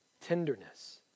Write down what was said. Tenderness